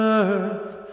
earth